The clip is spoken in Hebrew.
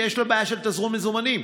ויש לה בעיה של תזרים מזומנים.